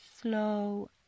slow